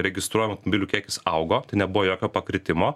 registruojamų automobilių kiekis augo tai nebuvo jokio pakritimo